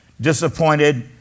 Disappointed